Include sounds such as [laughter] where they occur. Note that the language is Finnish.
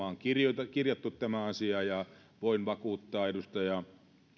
[unintelligible] on kirjattu tämä asia ja voin vakuuttaa edustaja